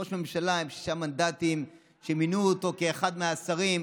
ראש ממשלה עם שישה מנדטים שמינו אותו כאחד מהשרים,